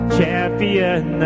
champion